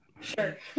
sure